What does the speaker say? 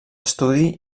estudi